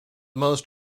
most